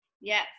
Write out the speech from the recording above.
Yes